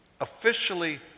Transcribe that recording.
officially